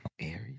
Aries